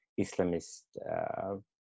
Islamist